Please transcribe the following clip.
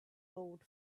glowed